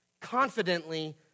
confidently